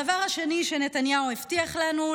הדבר השני שנתניהו הבטיח לנו,